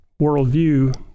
worldview